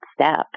step